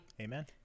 Amen